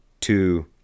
two